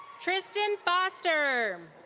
tristan foster.